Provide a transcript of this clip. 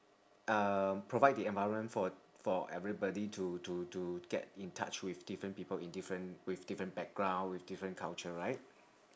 uh provide the environment for for everybody to to to get in touch with different people in different with different background with different culture right